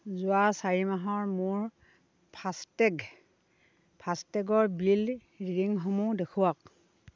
যোৱা চাৰি মাহৰ মোৰ ফাষ্টেগ ফাষ্টেগৰ বিল ৰিডিংসমূহ দেখুৱাওক